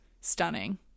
stunning